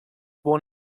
born